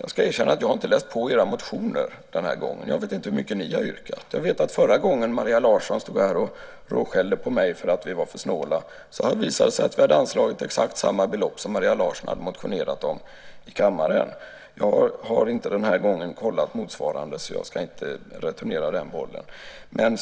Jag ska erkänna att jag inte har läst på era motioner den här gången. Jag vet inte hur mycket ni har yrkat. Jag vet att förra gången Maria Larsson stod här och råskällde på mig för att vi var för snåla visade det sig att vi hade anslagit exakt samma belopp som Maria Larsson hade motionerat om i kammaren. Jag har inte kollat detta den här gången, så jag ska inte returnera den bollen. Men